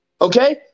okay